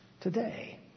today